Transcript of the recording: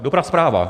Dobrá zpráva.